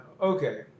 Okay